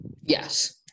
Yes